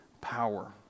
power